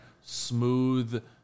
smooth